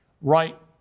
right